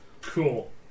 Cool